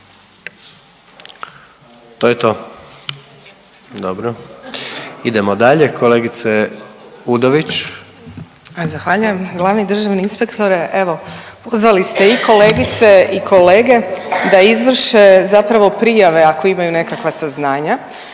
To je to? Dobro. Idemo dalje. Kolegice Udović. **Udović, Sanja (Nezavisni)** Zahvaljujem. Glavni državni inspektore evo pozvali ste i kolegice i kolete da izvrše zapravo prijave ako imaju nekakva saznanja